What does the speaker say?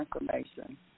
information